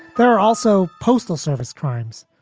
there are also postal service crimes.